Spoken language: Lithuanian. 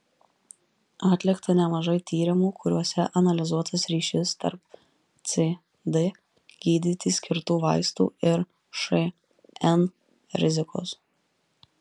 atlikta nemažai tyrimų kuriuose analizuotas ryšys tarp cd gydyti skirtų vaistų ir šn rizikos